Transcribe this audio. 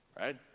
right